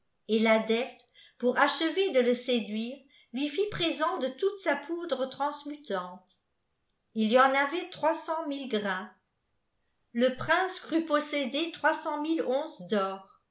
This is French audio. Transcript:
et tadepte pour achever de le séduire lui fit présent de toute sa poudre transmutante n y en avait trois cent mille grains le prince crut posséder